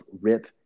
rip